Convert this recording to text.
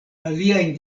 aliajn